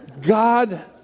God